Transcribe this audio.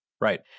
Right